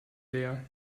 leer